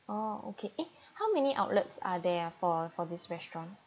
oh okay eh how many outlets are there ah for for this restaurant